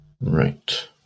Right